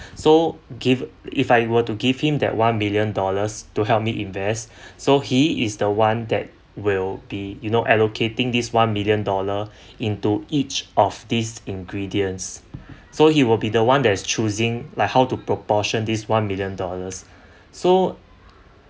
so give if I were to give him that one million dollars to help me invest so he is the one that will be you know allocating this one million dollar into each of these ingredients so he will be the one that's choosing like how to proportion this one million dollars so